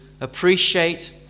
appreciate